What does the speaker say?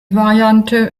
variante